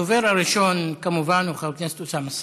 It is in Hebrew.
הדובר הראשון הוא כמובן חבר הכנסת אוסאמה סעדי.